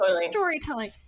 storytelling